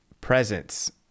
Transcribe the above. presence